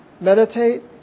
Meditate